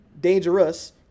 Dangerous